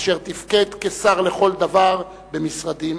אשר תפקד כשר לכל דבר במשרד זה.